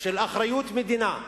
של אחריות מדינה,